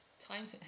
Time